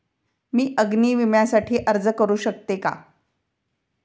मी अग्नी विम्यासाठी अर्ज करू शकते का?